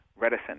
Reticent